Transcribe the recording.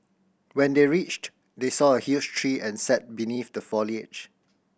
when they reached they saw a huge tree and sat beneath the foliage